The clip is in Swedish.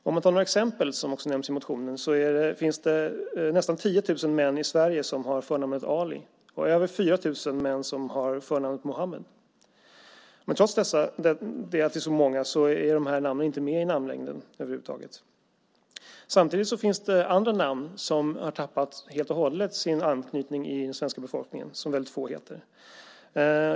För att ta några exempel, som också nämns i motionen, finns det nästan 10 000 män i Sverige som har förnamnet Ali och över 4 000 män som har förnamnet Muhammed. Trots att det är så många finns de inte med i namnlängden över huvud taget. Samtidigt finns det andra namn som helt och hållet har tappat sin anknytning till den svenska befolkningen och som väldigt få heter.